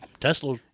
Tesla